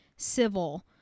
civil